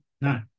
No